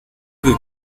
que